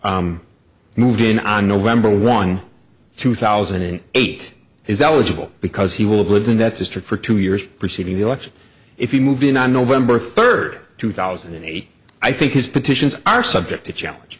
who moved in on november one two thousand and eight is eligible because he will have lived in that district for two years preceding the election if you move in on november third two thousand and eight i think is petitions are subject to challenge